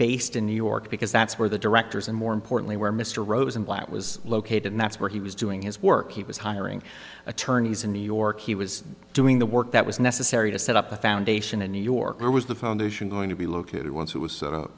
based in new york because that's where the directors and more importantly where mr rosenblatt was located and that's where he was doing his work he was hiring attorneys in new york he was doing the work that was necessary to set up a foundation in new york where was the foundation going to be located